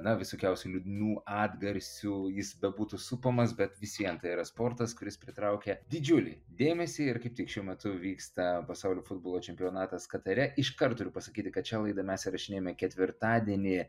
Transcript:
na visokiausių liūdnų atgarsių jis bebūtų supamas bet vis vien tai yra sportas kuris pritraukia didžiulį dėmesį ir kaip tik šiuo metu vyksta pasaulio futbolo čempionatas katare iš karto turiu pasakyti kad šią laidą mes įrašinėjame ketvirtadienį